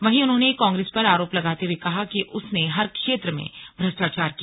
वहीं उन्होंने कांग्रेस पर आरोप लगाते हुए कहा कि उसने हर क्षेत्र में भ्रष्टाचार किया